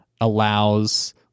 allows